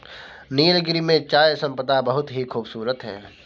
नीलगिरी में चाय संपदा बहुत ही खूबसूरत है